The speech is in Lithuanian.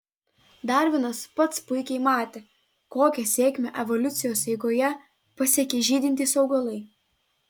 darvinas pats puikiai matė kokią sėkmę evoliucijos eigoje pasiekė žydintys augalai